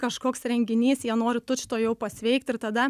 kažkoks renginys jie nori tučtuojau pasveikti ir tada